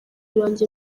banjye